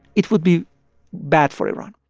it would be bad for iran.